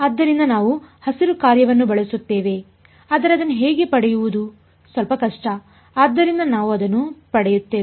ಆದ್ದರಿಂದ ನಾವು ಹಸಿರು ಕಾರ್ಯವನ್ನು ಬಳಸುತ್ತೇವೆ ಆದರೆ ಅದನ್ನು ಹೇಗೆ ಪಡೆಯುವುದು ಸ್ವಲ್ಪ ಕಷ್ಟ ಆದ್ದರಿಂದ ನಾವು ಅದನ್ನು ಪಡೆಯುತ್ತೇವೆ